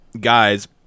guy's